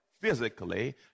physically